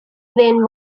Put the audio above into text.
when